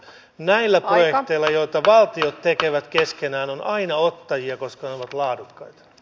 näillä projekteilla joita valtiot tekevät keskenään on aina ottajia koska ne ovat laadukkaita